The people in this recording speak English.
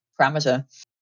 parameter